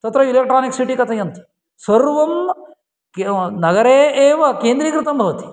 तत्र electronic city कथयन्ति सर्वं नगरे एव केन्द्रीकृतं भवति